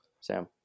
Sam